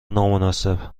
نامناسب